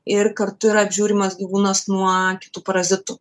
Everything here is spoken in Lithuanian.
ir kartu yra apžiūrimas gyvūnas nuo kitų parazitų